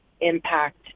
impact